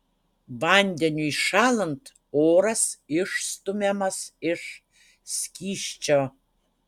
vandeniui šąlant oras išstumiamas iš skysčio